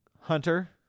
Hunter